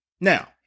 Now